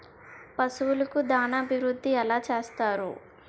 పశువులకు దాన అభివృద్ధి ఎలా చేస్తారు?